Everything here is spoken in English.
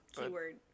keyword